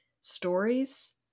stories